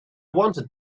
wanted